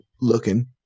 looking